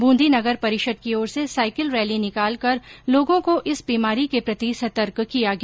बूंदी नगर परिषद की ओर से साईकिल रैली निकालकर लोगों को इस बीमारी के प्रति सतर्क किया गया